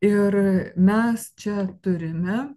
ir mes čia turime